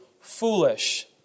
foolish